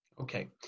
Okay